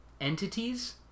entities